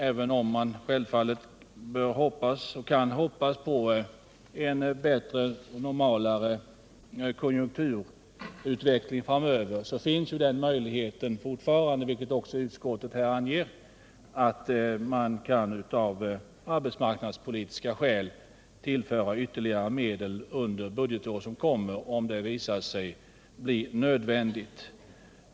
Även om man självfallet bör och kan hoppas på en bättre, mera normal konjunkturutveckling framöver, finns den möjligheten fortfarande, vilket utskottet också anger, att man av arbetsmarknadspolitiska skäl kan tillföra ytterligare medel under budgetår som kommer, om det visar sig bli nödvändigt.